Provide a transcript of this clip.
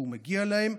והוא מגיע להם,